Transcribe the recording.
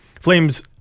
Flames